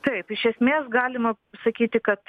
taip iš esmės galima sakyti kad